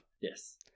Yes